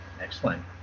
Excellent